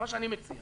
אני מציע